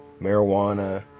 marijuana